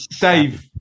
Dave